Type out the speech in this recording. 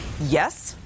Yes